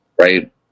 right